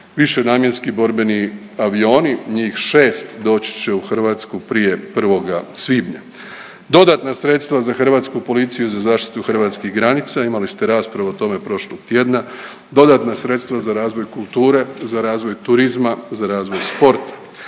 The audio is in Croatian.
višenamjenski borbeni avioni, njih 6 doći će u Hrvatsku prije 1. svibnja, dodatna sredstva za hrvatsku policiju i za zaštitu hrvatskih granica, imali ste raspravu o tome prošlog tjedna, dodatna sredstva za razvoj kulture, za razvoj turizma, za razvoj sporta,